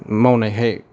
मावनायखाय